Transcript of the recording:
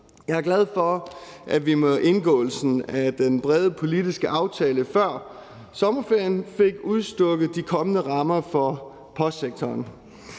Jeg er glad for, at vi med indgåelsen af den brede politiske aftale før sommerferien fik udstukket de kommende rammer for postsektoren.